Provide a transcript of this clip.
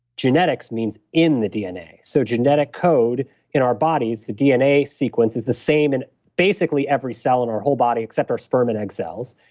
genetics means in the dna so genetic code in our bodies, the dna sequence, is the same in basically every cell in our whole body, except our sperm and egg cells.